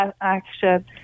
action